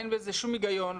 אין בזה שום היגיון.